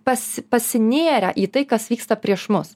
pas pasinėrę į tai kas vyksta prieš mus